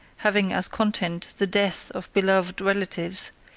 having as content the death of beloved relatives,